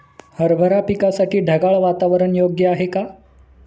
हरभरा पिकासाठी ढगाळ वातावरण योग्य आहे का?